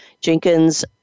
Jenkins